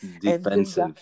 defensive